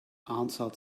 answered